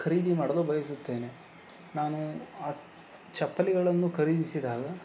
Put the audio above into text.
ಖರೀದಿ ಮಾಡಲು ಬಯಸುತ್ತೇನೆ ನಾನು ಚಪ್ಪಲಿಗಳನ್ನು ಖರೀದಿಸಿದಾಗ